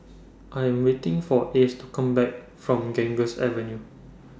I Am waiting For Ace to Come Back from Ganges Avenue